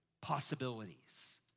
possibilities